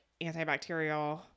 antibacterial